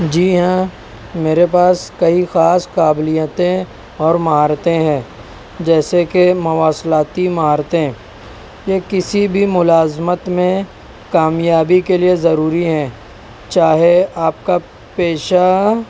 جی ہاں میرے پاس کئی خاص قابلیتیں اور مہارتیں ہیں جیسے کہ مواصلاتی مہارتیں یہ کسی بھی ملازمت میں کامیابی کے لیے ضروری ہیں چاہے آپ کی پیشہ